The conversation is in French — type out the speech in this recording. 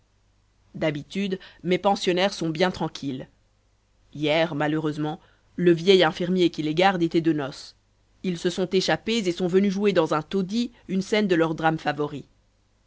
d'habitude mes pensionnaires sont bien tranquilles hier malheureusement le vieil infirmier qui les garde était de noce ils se sont échappés et sont venus jouer dans un taudis une scène de leurs drames favoris